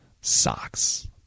socks